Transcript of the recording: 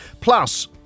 plus